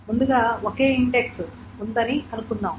ముందుగా ఒకే ఇండెక్స్ ఉందని అనుకుందాం